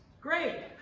great